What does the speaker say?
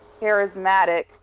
charismatic